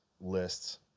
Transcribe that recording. lists